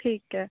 ਠੀਕ ਹੈ